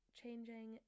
changing